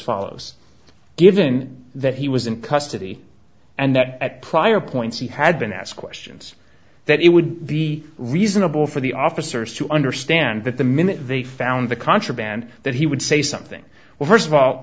follows given that he was in custody and that at prior points he had been ask question that it would be reasonable for the officers to understand that the minute they found the contraband that he would say something well first of all